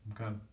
Okay